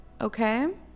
okay